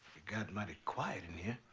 it got mighty quiet in here.